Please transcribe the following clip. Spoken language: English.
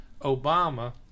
Obama